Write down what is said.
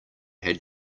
had